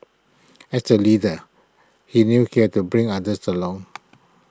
as A leader he knew he had to bring others along